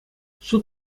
суд